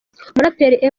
umuraperi